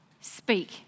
speak